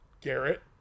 Garrett